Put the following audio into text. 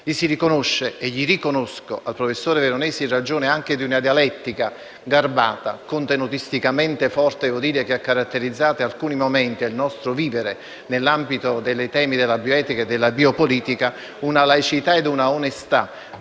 Si riconosce e riconosco al professor Veronesi, anche in ragione di una dialettica garbata e contenutisticamente forte, che ha caratterizzato alcuni momenti del nostro vivere, nell'ambito dei temi della bioetica e della biopolitica, una laicità ed una onestà